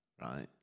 right